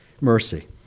mercy